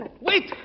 Wait